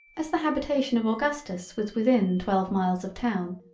as the habitation of augustus was within twelve miles of town,